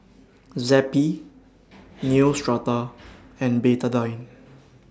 Zappy Neostrata and Betadine